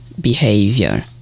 behavior